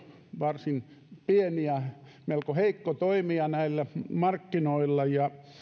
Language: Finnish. varsin pieni ja melko heikko toimija näillä markkinoilla ja